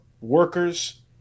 workers